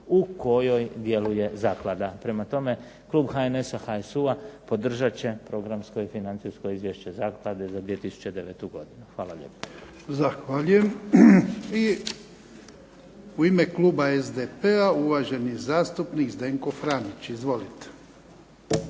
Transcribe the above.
u kojoj djeluje zaklada. Prema tome, klub HNS-a, HSU-a podržat će programsko i financijsko izvješće zaklade za 2009. godinu. Hvala lijepo. **Jarnjak, Ivan (HDZ)** Zahvaljujem. I u ime kluba SDP-a uvaženi zastupnik Zdenko Franić. Izvolite.